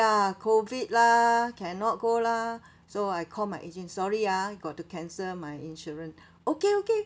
COVID lah cannot go lah so I call my agent sorry ah got to cancel my insurance okay okay